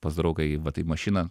pas draugai į vat į mašiną